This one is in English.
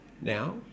now